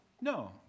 No